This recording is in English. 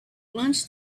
lunch